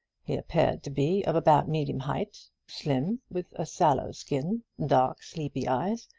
he appeared to be of about medium height slim, with a sallow skin dark, sleepy eyes,